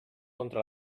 contra